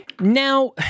Now